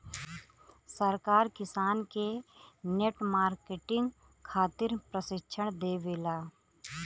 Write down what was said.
सरकार किसान के नेट मार्केटिंग खातिर प्रक्षिक्षण देबेले?